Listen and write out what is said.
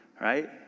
right